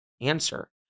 answer